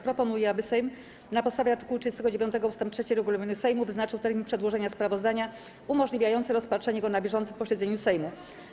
Proponuję, aby Sejm na podstawie art. 39 ust. 3 regulaminu Sejmu wyznaczył termin przedłożenia sprawozdania umożliwiający rozpatrzenie go na bieżącym posiedzeniu Sejmu.